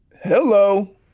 Hello